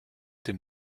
den